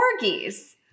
corgis